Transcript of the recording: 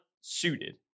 suited